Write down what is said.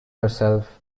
herself